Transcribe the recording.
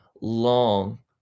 long